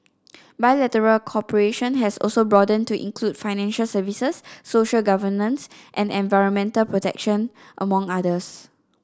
bilateral cooperation has also broadened to include financial services social governance and environmental protection among others